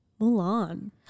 Mulan